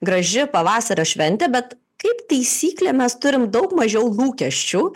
graži pavasario šventė bet kaip taisyklė mes turim daug mažiau lūkesčių